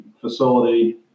facility